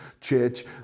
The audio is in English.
Church